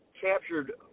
captured